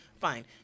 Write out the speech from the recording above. fine